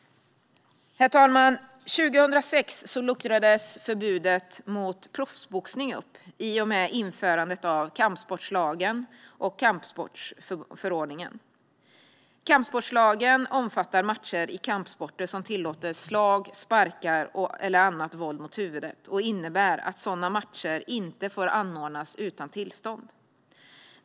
Herr talman! År 2006 luckrades förbudet mot proffsboxning upp, i och med införandet av kampsportslagen och kampsportsförordningen. Kampsportslagen omfattar matcher i kampsporter som tillåter slag, sparkar eller annat våld mot huvudet och innebär att sådana matcher inte får anordnas utan tillstånd.